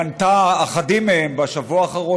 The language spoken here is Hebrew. מנתה אחדים מהם מהשבוע האחרון,